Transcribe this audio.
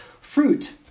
fruit